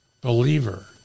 believer